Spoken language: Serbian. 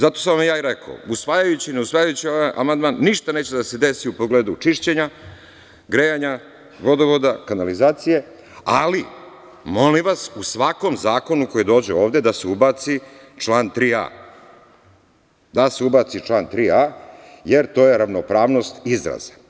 Zato sam vam ja i rekao, usvajajući, ne usvajajući ovaj amandman, ništa neće da se desi u pogledu čišćenja, grejanja, vodovoda, kanalizacije, ali molim vas, u svakom zakonu koji dođe ovde da se ubaci član 3a, da se ubaci član 3a, jer to je ravnopravnost izraza.